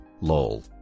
Lol